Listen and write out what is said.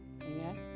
Amen